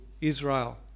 Israel